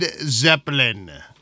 Zeppelin